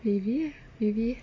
maybe maybe